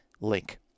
link